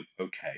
okay